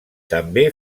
també